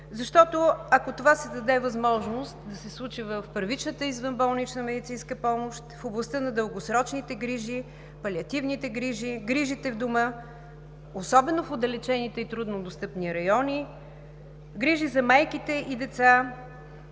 Ако се даде възможност това да се случи в първичната извънболнична медицинска помощ, в областта на дългосрочните грижи, палиативните грижи, грижите в дома, особено в отдалечените и труднодостъпни райони, грижи за майките и децата